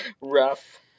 Rough